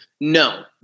no